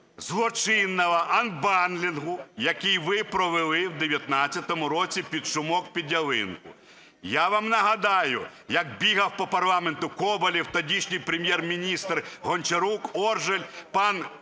злочинного анбандлінгу, який ви провели в 19-му році під шумок під ялинку. Я вам нагадаю, як бігав по парламенту Коболєв, тодішній Прем’єр-міністр Гончарук, Оржель, пан,